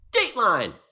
Dateline